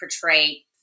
portray